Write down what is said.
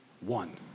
one